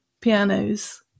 pianos